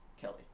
Kelly